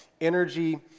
energy